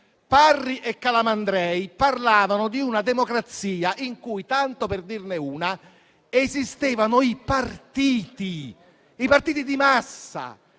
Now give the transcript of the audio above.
Parri e Calamandrei parlavano di una democrazia in cui, tanto per dirne una, esistevano i partiti, i partiti di massa